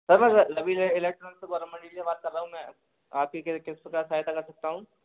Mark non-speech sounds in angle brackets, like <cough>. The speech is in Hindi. सर मैं रवि इलेक्ट्रॉनिक्स के द्वारा <unintelligible> बात कर रहा हूँ मैं आपकी क्या किस प्रकार से सहायता कर सकता हूँ